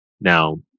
Now